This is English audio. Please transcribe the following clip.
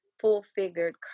full-figured